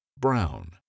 Brown